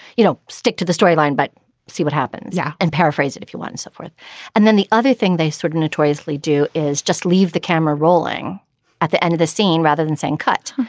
you know stick to the storyline but see what happens. yeah and paraphrase it if you want so forth and then the other thing they sort of notoriously do is just leave the camera rolling at the end of the scene rather than saying cut.